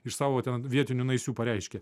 iš savo ten vietinių naisių pareiškė